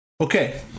Okay